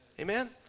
Amen